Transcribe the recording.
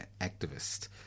activist